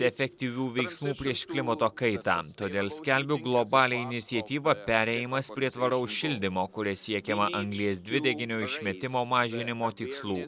efektyvių veiksmų prieš klimato kaitą todėl skelbiu globalią iniciatyvą perėjimas prie tvaraus šildymo kuria siekiama anglies dvideginio išmetimo mažinimo tikslų